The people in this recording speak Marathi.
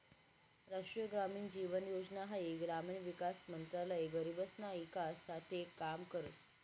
राष्ट्रीय ग्रामीण जीवन योजना हाई ग्रामीण विकास मंत्रालय गरीबसना ईकास साठे काम करस